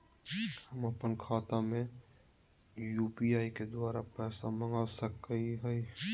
हम अपन खाता में यू.पी.आई के द्वारा पैसा मांग सकई हई?